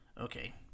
Okay